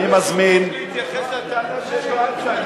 הוא רוצה להתייחס לטענה שיש לו אלצהיימר,